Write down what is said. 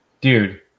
Dude